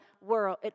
world